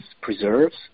preserves